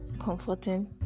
comforting